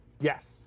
Yes